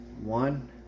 one